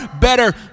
better